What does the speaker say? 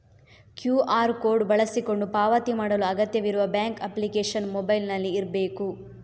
QR code ಬಳಸಿಕೊಂಡು ಪಾವತಿ ಮಾಡಲು ಅಗತ್ಯವಿರುವ ಬ್ಯಾಂಕ್ ಅಪ್ಲಿಕೇಶನ್ ಮೊಬೈಲಿನಲ್ಲಿ ಇರ್ಬೇಕು